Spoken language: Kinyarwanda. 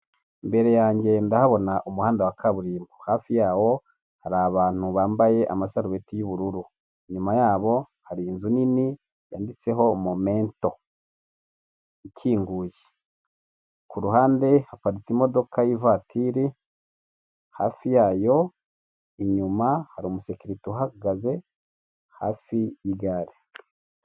Imbere yange ndahabona umuhanda wa kaburimbo. Hafi yawo hari abantu bambaye amasarubeti y'ubururu, inyuma yabo hari inzu nini yanditseho momento ikinguye. Ku ruhande haparitse imodoka y'ivatiri, hafi yayo inyuma hari umusekirite uhagaze hafi y' igare.